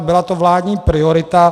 Byla to vládní priorita.